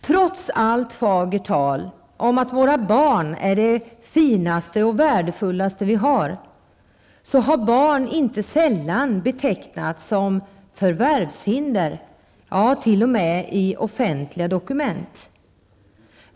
Trots allt fagert tal om att våra barn är det finaste och värdefullaste vi har, har barn inte sällan betecknats såsom ''förvärvshinder'' t.o.m. i offentliga dokument.